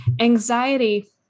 Anxiety